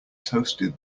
toasted